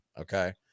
Okay